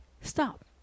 Stop